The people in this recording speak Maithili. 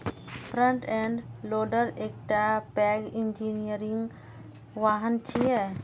फ्रंट एंड लोडर एकटा पैघ इंजीनियरिंग वाहन छियै